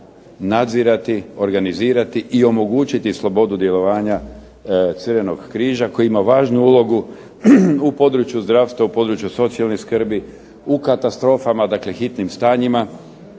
nadzirati, organizirati i omogućiti slobodu djelovanja Crvenog križa koji ima važnu ulogu u području zdravstva, u području socijalne skrbi, u katastrofama, dakle hitnim stanjima